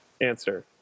answer